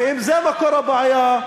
ואם זה מקור הבעיה,